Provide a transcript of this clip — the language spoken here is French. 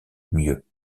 mieux